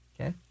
Okay